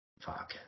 fuck